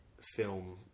film